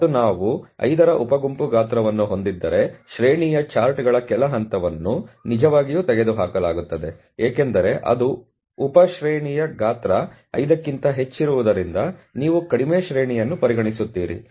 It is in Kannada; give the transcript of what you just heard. ಮತ್ತು ನಾವು 5 ರ ಉಪ ಗುಂಪು ಗಾತ್ರವನ್ನು ಹೊಂದಿದ್ದರೆ ಶ್ರೇಣಿಯ ಚಾರ್ಟ್ನ ಕೆಳ ಹಂತವನ್ನು ನಿಜವಾಗಿಯೂ ತೆಗೆದುಹಾಕಲಾಗುತ್ತದೆ ಏಕೆಂದರೆ ಅದು ಉಪ ಶ್ರೇಣಿಯ ಗಾತ್ರ 5 ಕ್ಕಿಂತ ಹೆಚ್ಚಿರುವುದರಿಂದ ನೀವು ಕಡಿಮೆ ಶ್ರೇಣಿಯನ್ನು ಪರಿಗಣಿಸುತ್ತೀರಿ